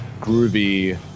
groovy